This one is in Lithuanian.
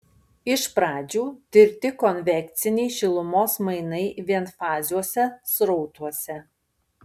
iš pradžių tirti konvekciniai šilumos mainai vienfaziuose srautuose